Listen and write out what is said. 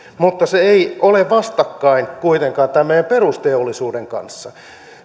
mutta se ei ole vastakkain kuitenkaan tämän meidän perusteollisuuden kanssa